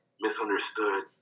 misunderstood